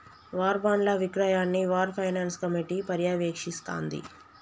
war బాండ్ల విక్రయాన్ని war finance committee పర్యవేక్షిస్తాంది